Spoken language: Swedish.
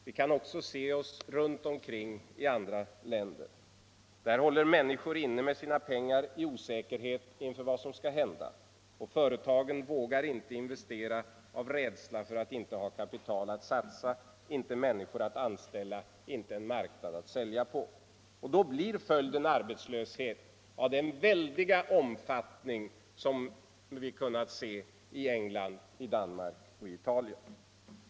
Vi kan också se hur det är i andra länder. Människor håller inne med sina pengar i osäkerhet inför vad som skall hända, och företagen vågar inte investera av rädsla för att inte ha kapital att satsa, inte ha människor att anställa och inte ha en marknad att sälja på. Då blir följden en arbetslöshet av den väldiga omfattning som vi kunnat se i England, Danmark och Italien.